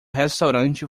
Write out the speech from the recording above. restaurante